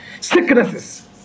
Sicknesses